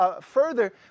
further